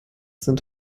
sind